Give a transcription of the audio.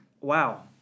Wow